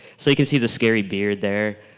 so you see the scary beard there,